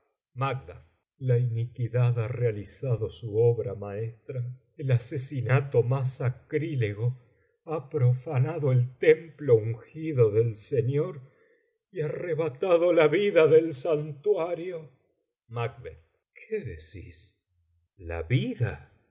la iniquidad ha realizado su obra maestra el asesinato más sacrilego ha profanado el templo ungido del señor y arrebatado la vida del santuario qué decís la vida